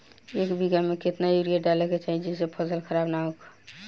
एक बीघा में केतना यूरिया डाले के चाहि जेसे फसल खराब ना होख?